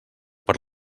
per